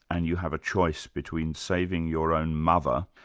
and you have a choice between saving your own mother,